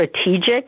strategic